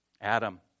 Adam